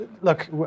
look